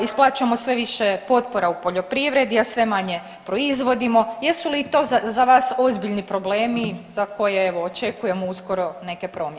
Isplaćujemo sve više potpora u poljoprivredi, a sve manje proizvodimo, jesu li i to za vas ozbiljni problemi za koje evo očekujemo uskoro neke promjene.